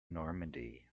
normandy